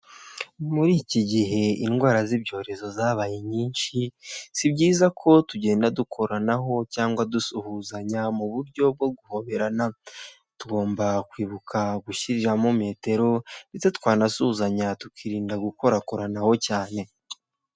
Muri iki gihe indwara z'ibyorezo zabaye nyinshi, si byiza ko tugenda dukoranaho cyangwa dusuhuzanya mu buryo bwo guhoberana, tugomba kwibuka gushyiriramo metero ndetse twanasuhuzanya tukirinda gukorakoranaho cyane.